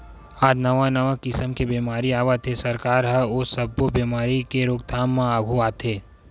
आज नवा नवा किसम के बेमारी आवत हे, सरकार ह ओ सब्बे बेमारी के रोकथाम म आघू आथे